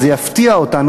זה יפתיע אותנו,